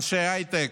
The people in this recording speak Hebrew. אנשי הייטק,